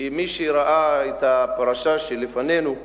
כי מי שראה את הפרשה שלפנינו,